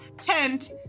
tent